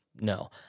No